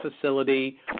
facility